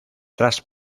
tras